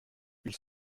ils